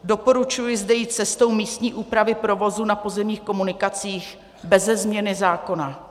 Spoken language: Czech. Doporučuji zde jít cestou místní úpravy provozu na pozemních komunikacích beze změny zákona.